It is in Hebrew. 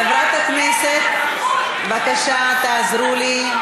חברת הכנסת, בבקשה, תעזרו לי.